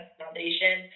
foundation